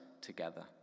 together